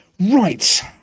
Right